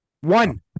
One